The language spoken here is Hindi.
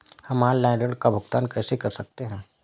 हम ऑनलाइन ऋण का भुगतान कैसे कर सकते हैं?